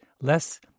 less